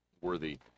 worthy